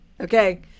Okay